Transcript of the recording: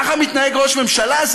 ככה מתנהג ראש ממשלה?